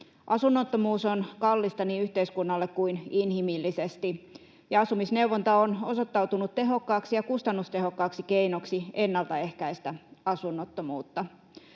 Asunnottomuus on kallista niin yhteiskunnalle kuin inhimillisesti, ja asumisneuvonta on osoittautunut tehokkaaksi ja kustannustehokkaaksi keinoksi ennalta ehkäistä asunnottomuutta.